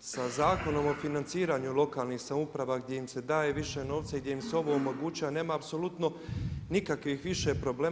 sa Zakonom o financiranju lokalnih samouprava gdje im se daje više novca i gdje im se ovo omogućava nema apsolutno nikakvih više problema.